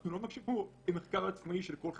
אנחנו לא מבקשים פה מחקר עצמאי של כל חברה.